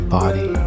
body